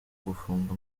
gufunga